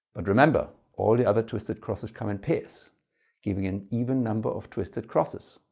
but, remember, all the other twisted crosses come in pairs giving an even number of twisted crosses.